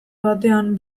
batean